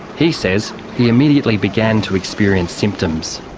he says he immediately began to experience symptoms.